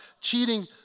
cheating